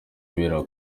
ibera